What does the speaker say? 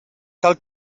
cal